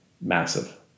Massive